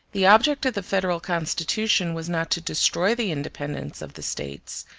the object of the federal constitution was not to destroy the independence of the states,